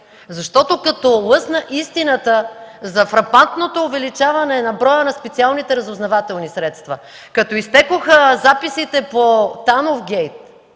ГЕРБ. Като лъсна истината за фрапантното увеличаване на броя на специалните разузнавателни средства, като изтекоха записите по „Тановгейт”,